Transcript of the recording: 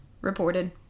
reported